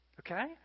Okay